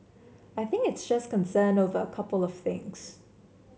I think it's just concern over a couple of things